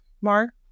Mark